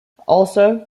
also